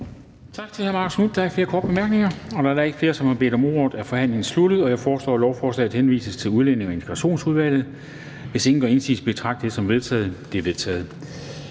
Tak til hr. Marcus Knuth. Der er ikke flere korte bemærkninger. Da der ikke er flere, som har bedt om ordet, er forhandlingen sluttet. Jeg foreslår, at forslaget til folketingsbeslutning henvises til Udlændinge- og Integrationsudvalget. Hvis ingen gør indsigelse, betragter jeg det som vedtaget. Det er vedtaget.